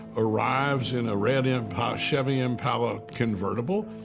arrives in a red and chevy impala convertible